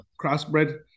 crossbred